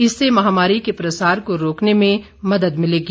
इससे महामारी के प्रसार को रोकने में मदद मिलेगी